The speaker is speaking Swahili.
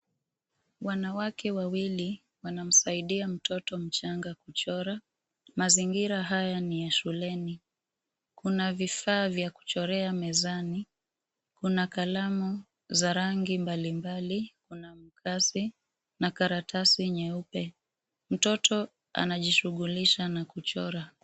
Wanawake wawili wanamsaidia mtoto mchanga kuchora, mazingira haya ni ya shuleni, kuna vifaa vya kuchorea mezani. Kuna kalamu za rangi mbalimbali kuna makasi na karatasi nyeupe. Mtoto anajishughulisha na kuchora.